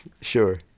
Sure